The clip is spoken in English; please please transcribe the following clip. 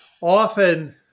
often